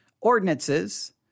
ordinances